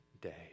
day